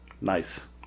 Nice